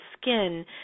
skin